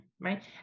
Right